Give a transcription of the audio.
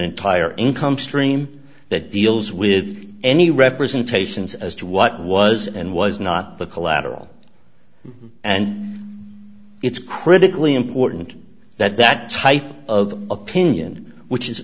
entire income stream that deals with any representations as to what was and was not the collateral and it's critically important that that type of opinion which is